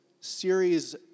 series